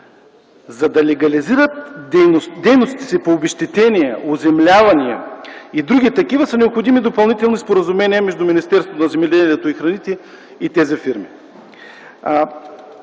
За да се легализират дейностите по обезщетение, оземляване и други такива, са необходими допълнителни споразумения между Министерството на земеделието и храните и тези фирми.